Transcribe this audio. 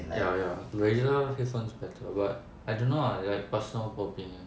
ya ya Razor headphones better but I don't know ah like personal opinion